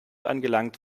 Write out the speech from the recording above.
angelangt